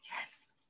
Yes